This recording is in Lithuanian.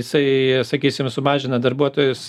jisai sakysim sumažina darbuotojus